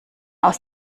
aus